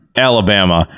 Alabama